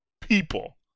people